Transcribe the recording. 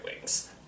wings